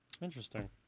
Interesting